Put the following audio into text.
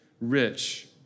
rich